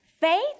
Faith